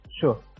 sure